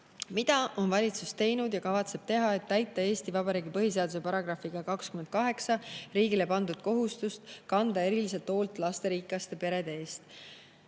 "Mida on Teie valitsus teinud ja kavatseb teha, et täita Eesti Vabariigi Põhiseaduse paragrahviga 28 riigile pandud kohustust kanda eriliselt hoolt lasterikaste perede eest?"